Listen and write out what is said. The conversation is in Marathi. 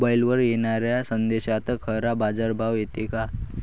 मोबाईलवर येनाऱ्या संदेशात खरा बाजारभाव येते का?